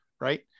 right